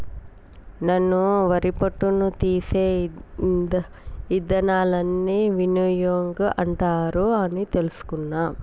నాను వరి పొట్టును తీసే ఇదానాలన్నీ విన్నోయింగ్ అంటారు అని తెలుసుకున్న